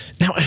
Now